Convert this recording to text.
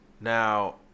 now